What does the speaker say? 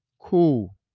Cool